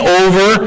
over